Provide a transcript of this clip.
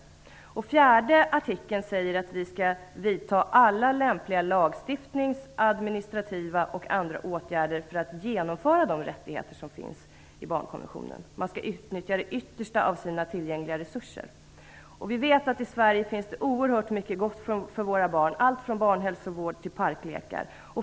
Fjärde artikeln säger att vi skall vidta alla lämpliga lagstiftnings-, administrativa och andra åtgärder för att genomföra de rättigheter som finns i barnkonventionen. Man skall utnyttja det yttersta av sina tillgängliga resurser. Vi vet att det i Sverige finns oerhört mycket gott för våra barn, allt från barnhälsovård till parklekar.